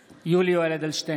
(קורא בשמות חברי הכנסת) יולי יואל אדלשטיין,